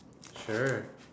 sure